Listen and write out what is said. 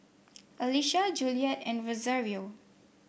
Alisha Juliet and Rosario